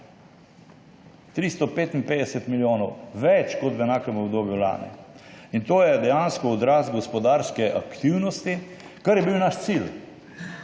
355 milijonov več kot v enakem obdobju lani. To je dejansko odraz gospodarske aktivnosti, kar je bil naš cilj.